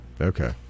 Okay